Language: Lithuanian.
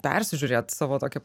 persižiūrėt savo tokią